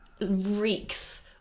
reeks